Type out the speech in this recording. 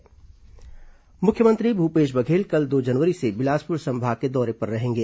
मुख्यमंत्री प्रवास मुख्यमंत्री भूपेश बघेल कल दो जनवरी से बिलासपुर संभाग के दौरे पर रहेंगे